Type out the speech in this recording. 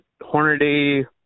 Hornaday